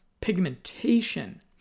pigmentation